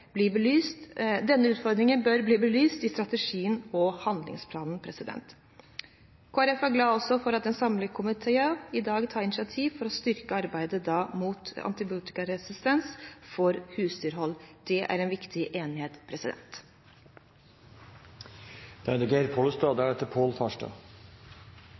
bli belyst i strategien og i handlingsplanen. Kristelig Folkeparti er også glad for at en samlet komité i dag tar initiativ til å styrke arbeidet mot antibiotikaresistens i husdyrhold. Det er en viktig enighet. Senterpartiets engasjement for ren og trygg mat er stort og